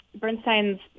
Bernstein's